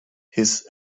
his